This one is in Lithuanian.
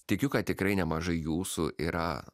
tikiu kad tikrai nemažai jūsų yra